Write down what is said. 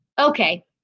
okay